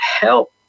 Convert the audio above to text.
help